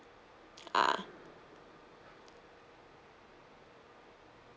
ah